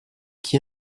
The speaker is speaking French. qui